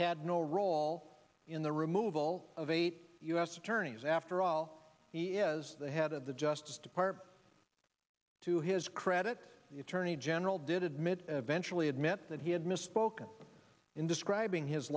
had no role in the removal of eight u s attorneys after all he is the head of the justice department to his credit the attorney general did admit eventual admit that he had misspoke in describing his